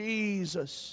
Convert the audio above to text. Jesus